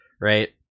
right